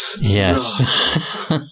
Yes